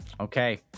Okay